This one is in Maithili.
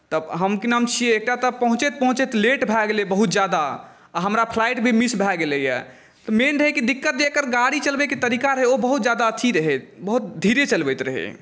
तऽ हम की नाम छियै एतऽ तक पहुँचैत पहुँचैत लेट भए गेलै बहुत जादा आ हमरा फ्लाइट भी मिस भए गेलैय तऽ मेन रहै कि दिक्कत जे एकर गाड़ी चलबैक तरीका रहै ओ बहुत जादा अथी रहै बहुत धीरे चलबैत रहै